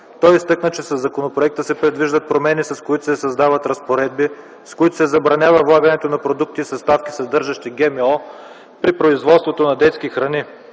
Той изтъкна, че със законопроекта се предвиждат промени, с които се създават разпоредби, с които се забранява влагането на продукти и съставки, съдържащи ГМО при производството на детски храни,